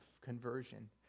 conversion